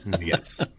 Yes